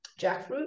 jackfruit